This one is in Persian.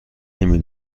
نمی